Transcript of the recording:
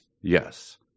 Yes